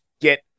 get